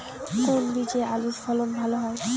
কোন বীজে আলুর ফলন ভালো হয়?